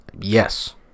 Yes